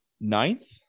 ninth